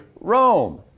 Rome